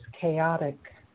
chaotic